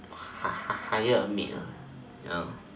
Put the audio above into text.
hire a maid ah